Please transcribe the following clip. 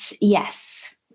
yes